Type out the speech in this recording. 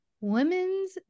women's